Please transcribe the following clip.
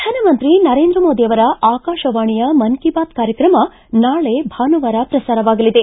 ಪ್ರಧಾನಮಂತ್ರಿ ನರೇಂದ್ರ ಮೋದಿ ಅವರ ಆಕಾಶವಾಣಿಯ ಮನ್ ಕಿ ಬಾತ್ ಕಾರ್ಯಕ್ರಮ ನಾಳೆ ಭಾನುವಾರ ಪ್ರಸಾರವಾಗಲಿದೆ